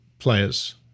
Players